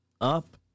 up